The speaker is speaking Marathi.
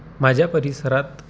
माझ्या परिसरात